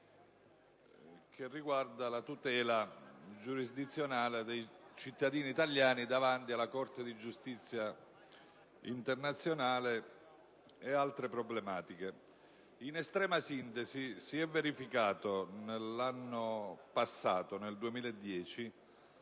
che riguarda la tutela giurisdizionale dei cittadini italiani davanti alla Corte internazionale di giustizia e altre problematiche. In estrema sintesi, si è verificato nell'anno passato, nel 2010,